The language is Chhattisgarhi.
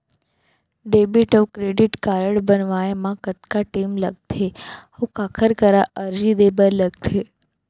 डेबिट अऊ क्रेडिट कारड बनवाए मा कतका टेम लगथे, अऊ काखर करा अर्जी दे बर लगथे?